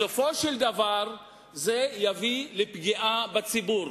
בסופו של דבר זה יביא לפגיעה בציבור.